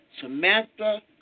Samantha